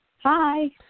Hi